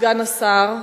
סגן השר,